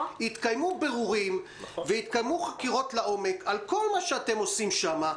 יתקיימו בירורים וחקירות לעומק על כל מה שאתם עושים שם,